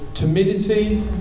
timidity